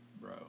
bro